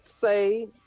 say